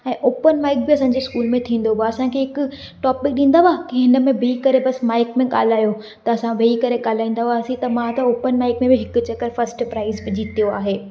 ऐं open mic बि असांजे स्कूल में थींदो ॿा असांखे हिकु टोपिक ॾींदव कि हिन में ॿिही करे बस माइक में ॻाल्हायो त असां ॿिही करे ॻाल्हाईंदा हुयसि त मां त ओपन माइक में बि हिकु चक्कर फर्स्ट प्राइज़ बि जीतियो आहे